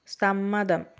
സമ്മതം